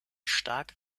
stark